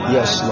Yes